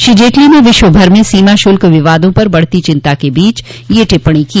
श्री जेटली ने विश्वभर में सीमा शुल्क विवादों पर बढ़ती चिंता के बीच यह टिप्प्णी की